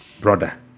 brother